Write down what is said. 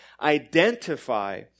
identify